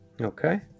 Okay